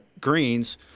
Greens